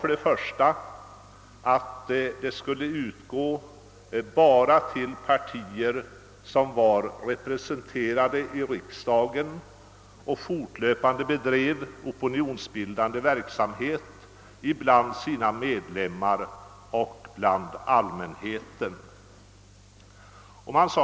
För det: första skulle stödet utgå endast till partier som var representerade i riksdagen och som fortlöpande bedrev opinionsbildande verksamhet bland sina medlemmar och ute bland allmänheten.